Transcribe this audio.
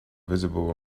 visible